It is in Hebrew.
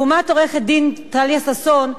לעומת עורכת-הדין טליה ששון,